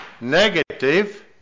negative